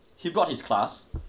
he brought his class